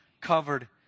covered